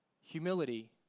Humility